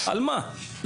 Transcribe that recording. על מה ולמה?